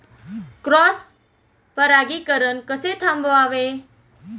Cross परागीकरण कसे थांबवावे?